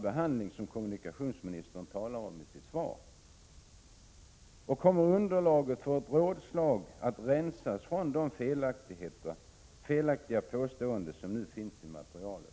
Och kommer underlaget för ett rådslag att rensas från de felaktiga påståenden som finns i materialet?